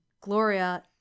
Gloria